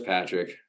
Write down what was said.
Patrick